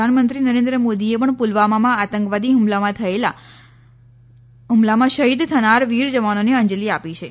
પ્રધાનમંત્રી નરેન્દ્રપ મોદીએ પણ પુલવામામાં આતંકવાદી હ્મલામાં શહિદ થનાર વીર જવાનોને અંજલી આપી છે